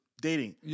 dating